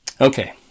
Okay